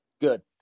Good